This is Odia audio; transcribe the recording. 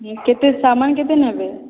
କେବେ ସାମାନ କେବେ ନେବେ